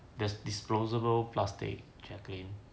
there's disposable plastic jacqueline